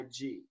IG